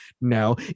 No